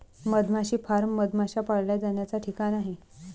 मधमाशी फार्म मधमाश्या पाळल्या जाण्याचा ठिकाण आहे